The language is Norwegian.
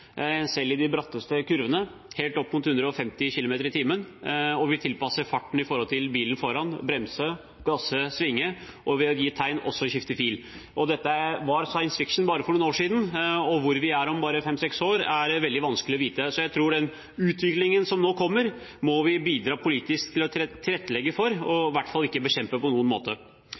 farten i forhold til bilen foran og bremse, gasse, svinge, gi tegn og også skifte fil. Dette var «science fiction» for bare noen år siden, og hvor vi er om bare fem–seks år, er veldig vanskelig å vite. Jeg tror vi må bidra politisk til å tilrettelegge for den utviklingen som nå kommer, og i hvert fall ikke bekjempe den på noen måte.